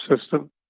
system